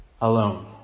alone